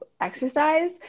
exercise